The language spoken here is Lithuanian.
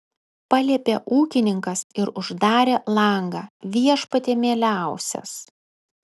paliepė ūkininkas ir uždarė langą viešpatie mieliausias